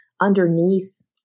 underneath